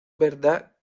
verdad